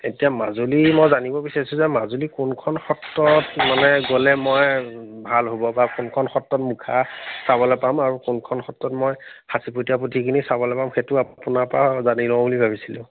এতিয়া মাজুলী মই জানিব বিচাৰিছোঁ যে মাজুলী কোনখন সত্ৰত মানে গ'লে মই ভাল হ'ব বা কোনখন সত্ৰত মুখা চাবলৈ পাম আৰু কোনখন সত্ৰত মই সাঁচিপতীয়া পুথিখিনি চাবলৈ পাম সেইটো আপোনাৰ পৰা জানি লওঁ বুলি ভাবিছিলোঁ